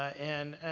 ah and